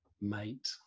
mate